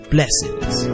Blessings